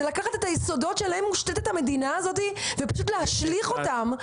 זה לקחת את היסודות שעליהם מושתתת המדינה הזאת ופשוט להשליך אותם.